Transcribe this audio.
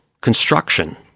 construction